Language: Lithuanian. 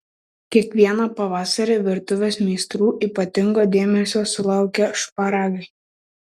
kiekvieną pavasarį virtuvės meistrų ypatingo dėmesio sulaukia šparagai